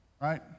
right